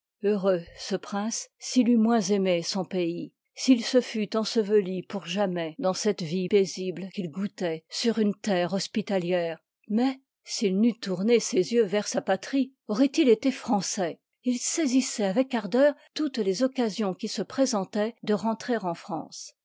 heureux ce prince s'il eût moins aimé son pays s'il se fût enseveli pour jamaiâ yo i pa dans cette vie paisible qu'il goûtoit sur une liv lu tert e hospitalière mais s'il n'eût tourné ses yeux vers sa patrie auioik il été français il çaisissoit avec ardeur toutes les occasions qui se préscntoient de rentrer en france